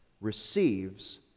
receives